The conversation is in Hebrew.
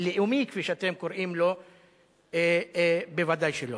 לאומי, כפי שאתם קוראים לו, ודאי שלא.